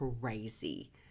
crazy